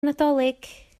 nadolig